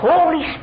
Holy